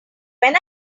when